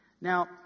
Now